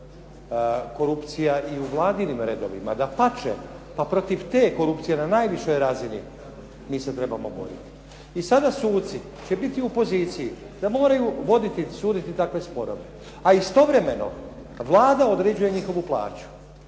korupcija i u vladinim redovima, dapače. Pa protiv te korupcije na najvišoj razini mi se trebamo boriti. I sada suci će biti u poziciji da moraju voditi i suditi takve sporove. A istovremeno Vlada određuje njihovu plaću